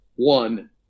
one